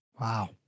Wow